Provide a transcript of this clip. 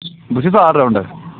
بہٕ چھُس all rounder